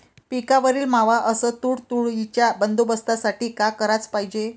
पिकावरील मावा अस तुडतुड्याइच्या बंदोबस्तासाठी का कराच पायजे?